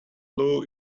loo